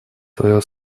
свое